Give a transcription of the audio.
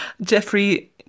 Jeffrey